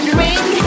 ring